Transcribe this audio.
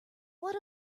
what